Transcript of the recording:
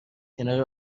کنار